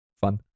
fun